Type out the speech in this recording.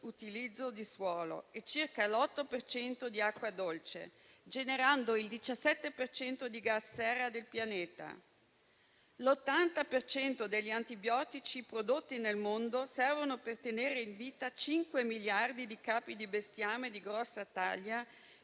di suolo e circa l'8 per cento di acqua dolce, generando il 17 per cento di gas serra del pianeta. L'80 per cento degli antibiotici prodotti nel mondo servono per tenere in vita 5 miliardi di capi di bestiame di grossa taglia